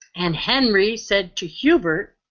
and henry said to hubert,